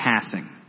passing